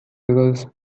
because